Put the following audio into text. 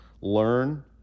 learn